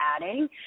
adding